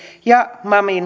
ja